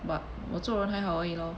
but 我做人还好而已 lor